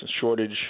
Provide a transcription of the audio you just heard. shortage